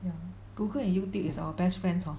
mm Google and Youtube is our best friends hor